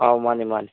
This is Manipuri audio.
ꯑꯥꯎ ꯃꯥꯅꯦ ꯃꯥꯅꯦ